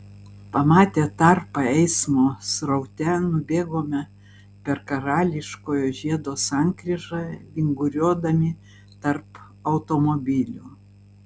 pamatę tarpą eismo sraute nubėgome per karališkojo žiedo sankryžą vinguriuodami tarp automobilių